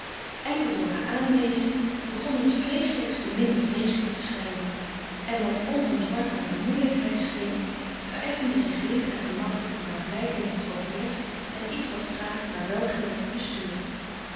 enkel door haar aanwezen begon het vreeselijkste minder vreeselijk te schijnen en wat onontwarbare moeielijkheid scheen vereffende zich licht en gemakkelijk voor haar blij denkend overleg en ietwat traag maar welgericht bestuur